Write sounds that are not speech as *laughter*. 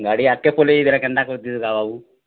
ଗାଡ଼ି ଆଗ୍କେ ପଲେଇଯାଇଥିଲେ କେନ୍ତା କରିଥିତୁ *unintelligible* ସେଟା ବାବୁ